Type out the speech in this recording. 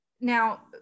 now